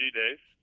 days